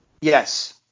Yes